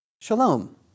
Shalom